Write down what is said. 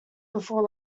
before